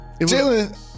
Jalen